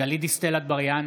גלית דיסטל אטבריאן,